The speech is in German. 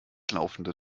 laufende